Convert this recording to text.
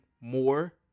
more